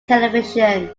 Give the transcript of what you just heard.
television